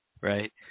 right